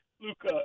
Luca